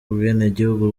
ubwenegihugu